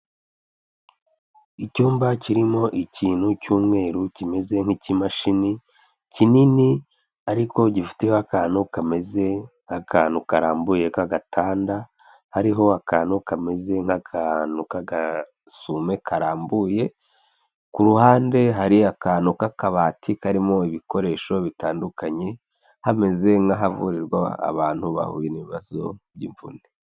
icyumba kirimo ikintu cy'umweru kimeze nk'ikimashini, kinini ariko gifiteho akantu kameze nk'akantu karambuye k'agatanda, hariho akantu kameze nk'akantu k'agasume karambuye, ku ruhande hari akantu k'akabati karimo ibikoresho bitandukanye, hameze nk'ahavurirwa abantu bahura n'ibibazo by'imvune.